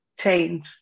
change